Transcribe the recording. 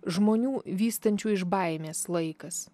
žmonių vystančių iš baimės laikas